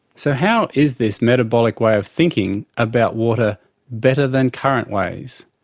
so how is this metabolic way of thinking about water better than current ways?